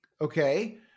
Okay